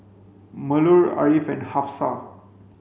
Melur Ariff and Hafsa